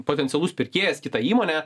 potencialus pirkėjas kitą įmonę